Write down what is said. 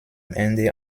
ende